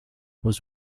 was